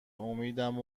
امیدم